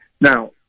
Now